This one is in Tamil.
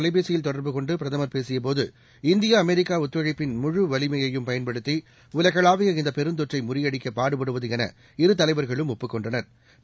தொலைபேசியில் டிரம்பை தொடர்புகொண்டு அதிபர் பிரதமர் பேசியபோது இந்தியா அமெிக்கா ஒத்துழைப்பின் முழு வலிமையையும் பயன்படுத்தி உலகளாவிய இந்த பெருந்தொற்றை முறியடிக்க பாடுபடுவது என இரு தலைவா்களும் ஒப்புக் கொண்டனா்